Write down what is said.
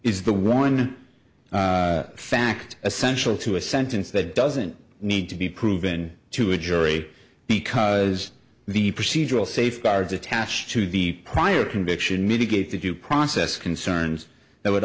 is the one fact essential to a sentence that doesn't need to be proven to a jury because the procedural safeguards attached to the prior conviction mitigate the due process concerns that would